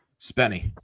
Spenny